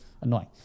annoying